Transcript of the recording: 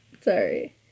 Sorry